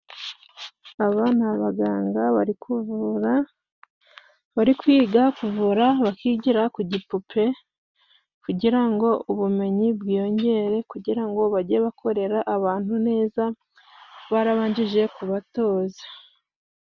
Aba ni abaganga bari kuvura, bari kwiga kuvura bakigira ku gipupe, kugira ngo ubumenyi bwiyongere, kugira ngo bajye bakorera abantu neza bararangije kubatoza.